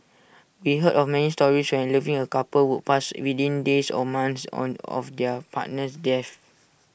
we heard of many stories A loving A couple would pass within days or months on of their partner's death